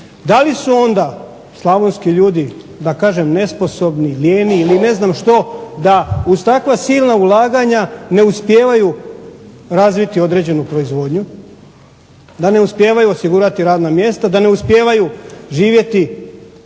Da li su onda slavonski ljudi, da kažem nesposobni, lijeni ili ne znam što, da uz takva silna ulaganja ne uspijevaju razviti određenu proizvodnju? Da ne uspijevaju osigurati radna mjesta? Da ne uspijevaju živjeti